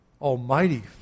Almighty